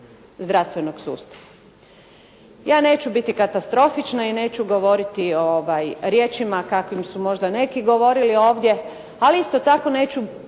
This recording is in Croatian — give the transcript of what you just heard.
zdravstvenog sustava. Ja neću biti katastrofična i neću govoriti riječima kakvim su možda neki govorili ovdje, ali isto tako neću